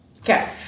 okay